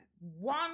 One